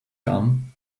gun